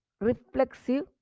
reflexive